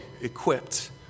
equipped